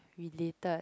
related